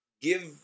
give